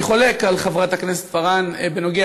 אני חולק על חברת הכנסת פארן בנוגע